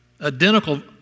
Identical